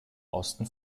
osten